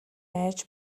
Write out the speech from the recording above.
айж